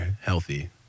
healthy